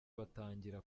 batangira